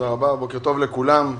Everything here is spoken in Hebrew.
בוקר טוב לכולם.